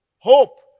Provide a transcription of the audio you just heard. Hope